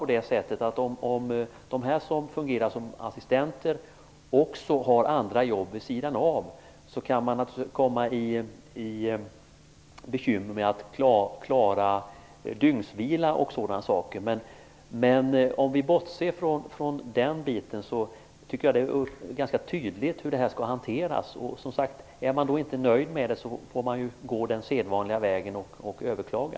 Om de som fungerar som assistenter har andra jobb vid sidan av kan de naturligtvis få bekymmer med att klara dygnsvilan och sådana saker. Men om vi bortser från det är det ganska tydligt hur det här skall hanteras. Är man inte nöjd får man, som sagt, gå den sedvanliga vägen och överklaga.